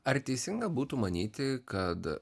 ar teisinga būtų manyti kad